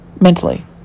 Mentally